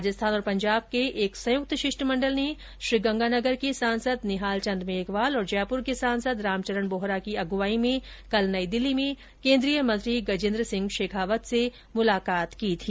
राजस्थान और पंजाब के एक संयुक्त शिष्टमण्डल ने श्रीगंगानगर के सांसद निहालचंद मेघवाल और जयपुर के सांसद रामचरण बोहरा की अगुवाई में कल नई दिल्ली में केन्द्रीय मंत्री गजेन्द्रसिंह शेखावत से मुलाकात की थी